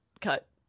cut